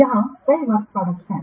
यह एक work product है